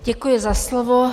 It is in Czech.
Děkuji za slovo.